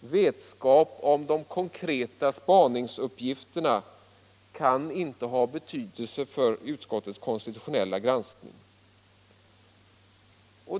Vetskap om ue konkreta spaningsuppgifterna kan inte ha betydelse för utskottets konstitutionella granskning.